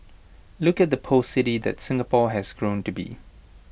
look at the post city that Singapore has grown to be